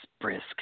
brisk